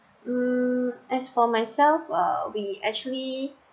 hmm as for myself uh we actually